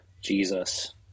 Jesus